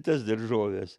tas daržoves